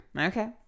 Okay